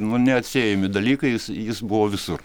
nu neatsiejami dalykai jis jis buvo visur